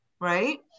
right